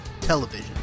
television